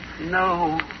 No